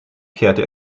kehrte